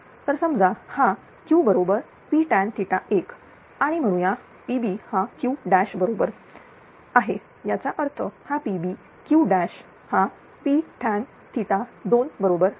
तर समजा हाQ बरोबरp tan1 आणि म्हणूया PB हा Qबरोबर आहे याचा अर्थ हा PB Q हा p tan2 बरोबर आहे